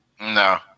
No